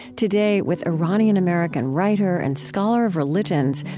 today with iranian-american writer and scholar of religions,